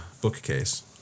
bookcase